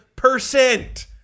percent